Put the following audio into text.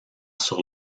sur